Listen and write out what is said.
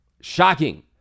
Shocking